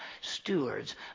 stewards